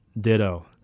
Ditto